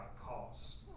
cost